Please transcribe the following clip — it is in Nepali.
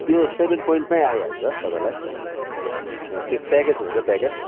त्यो सेभेन पोइन्टमै आइहाल्छ तपैाईँलाई त्यो प्याकेज हुन्छ प्याकेज